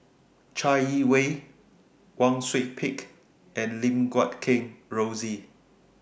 Chai Yee Wei Wang Sui Pick and Lim Guat Kheng Rosie